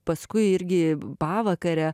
paskui irgi pavakare